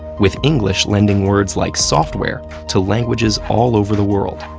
with english lending words like software to languages all over the world.